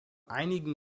einigen